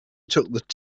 took